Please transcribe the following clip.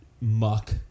muck